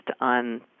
on